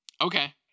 Okay